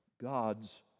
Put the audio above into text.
God's